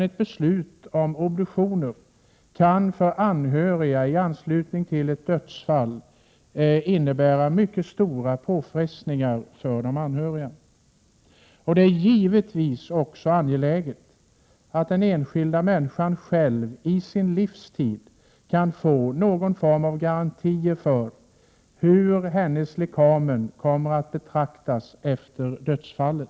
Ett beslut om obduktion i samband med ett dödsfall kan för de anhöriga innebära mycket stora påfrestningar. Det är givetvis också angeläget att den enskilda människan i sin livstid kan få någon form av garanti för hur hennes lekamen kommer att behandlas efter dödsfallet.